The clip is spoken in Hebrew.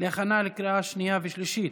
להכנה לקריאה שנייה ושלישית.